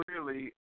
clearly